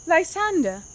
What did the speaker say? Lysander